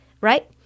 right